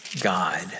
God